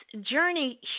journey